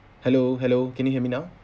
hello hello can you hear me now